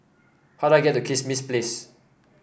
how do I get to Kismis Place